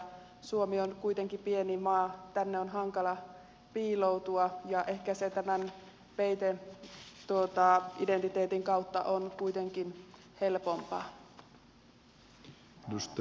suomi on kuitenkin pieni maa tänne on hankala piiloutua ja ehkä se tämän peiteidentiteetin kautta on kuitenkin helpompaa